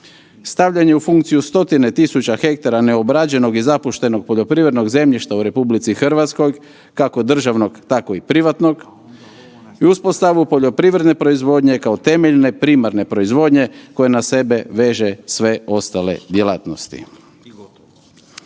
stavljanje u funkciju stotine tisuća hektara neobrađenog i zapuštenog poljoprivrednog zemljišta u RH kako državnog tako i privatnog i uspostavu poljoprivredne proizvodnje kao temeljne primarne proizvodnje koja na sebe veže sve ostale djelatnosti.